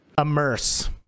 Immerse